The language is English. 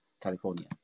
California